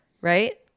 Right